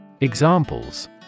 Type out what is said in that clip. Examples